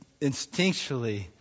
instinctually